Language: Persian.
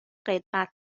قدمت